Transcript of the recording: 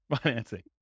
financing